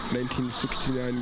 1969